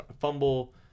fumble